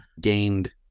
gained